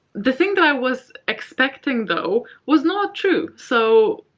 the thing that i was expecting, though, was not true. so